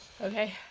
Okay